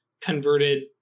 converted